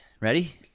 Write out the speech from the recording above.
Ready